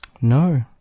No